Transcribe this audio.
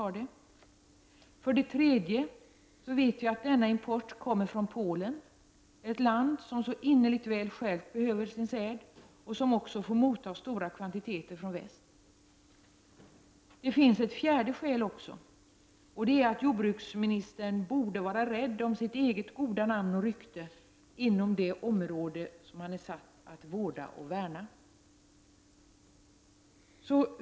För det tredje vet vi att denna import kommer från Polen, ett land som så innerligt väl självt behöver sin säd och som också får motta stora kvantiteter från väst. Det finns också ett fjärde skäl, och det är att jordbruksministern borde vara rädd om sitt eget goda namn och rykte inom det om råde som han är satt att värna och vårda.